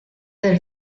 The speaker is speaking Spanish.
del